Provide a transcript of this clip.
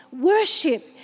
worship